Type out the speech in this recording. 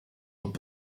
were